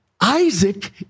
isaac